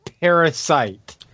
parasite